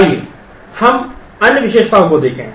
आइए हम अन्य विशेषताओं को देखें